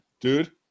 Dude